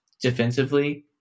defensively